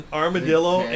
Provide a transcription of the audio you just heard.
armadillo